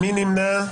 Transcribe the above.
מי נמנע?